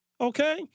okay